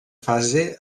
fase